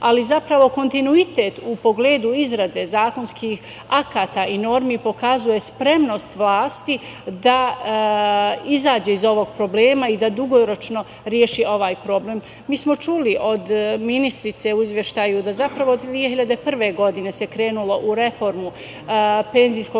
ali zapravo kontinuitet u pogledu izrade zakonskih akata i normi pokazuje spremnost vlasti da izađe iz ovog problema i da dugoročno reši ovaj problem. Mi smo čuli od ministrice u izveštaju da zapravo od 2001. godine se krenulo u reformu penzijskog